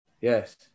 Yes